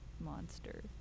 monster